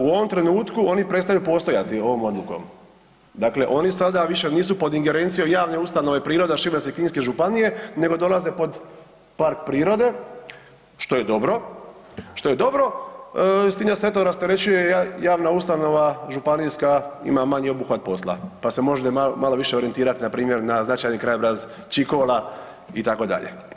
U ovom trenutku, oni prestaju postojati ovom odlukom, dakle oni sada više nisu pod ingerencijom javne ustanove prirode Šibensko-kninske županije nego dolaze pod park prirode, što je dobro, s tim da se eto rasterećuje javna ustanova županijska, ima manji obuhvat posla pa se može malo više orijentirat na značajni krajobraz Čikola itd.